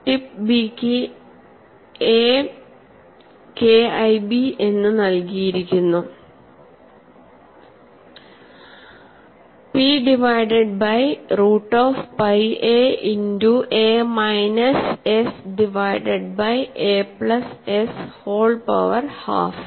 tip B യ്ക്ക് K I Bഎന്ന് നൽകിയിരിക്കുന്നു P divided by root of pi a into aമൈനസ് s divided by a plus s whole power half